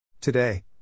Today